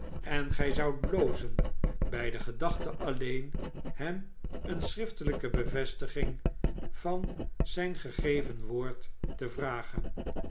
en gy zoudt blozen by de geachte alleen hem een schriftelijke bevestiging van zyn gegeven woord te vragen